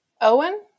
Owen